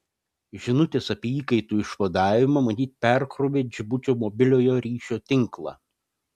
žinutės apie įkaitų išvadavimą matyt perkrovė džibučio mobiliojo ryšio tinklą